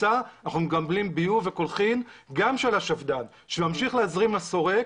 ביוב וקולחין גם של השפד"ן שממשיך להזרים לסורק,